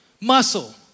muscle